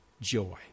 Joy